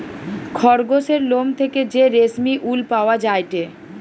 খরগোসের লোম থেকে যে রেশমি উল পাওয়া যায়টে